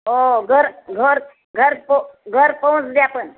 हो घर घर घरपो घरपोच द्या पण